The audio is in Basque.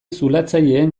zulatzaileen